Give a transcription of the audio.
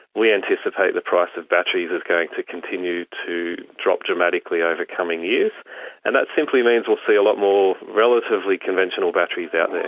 we anticipate the price of batteries is going to continue to drop dramatically over coming years and that simply means we'll see a lot more relatively conventional batteries out there.